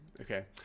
okay